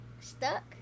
stuck